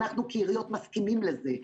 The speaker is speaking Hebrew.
אנחנו כעיריות מסכימים לזה,